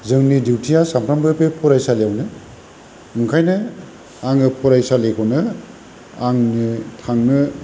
जोंनि दिउटिया सानफ्रोमबो बे फरायसालियावनो ओंखायनो आङो फरायसालिखौनो आङो थांनो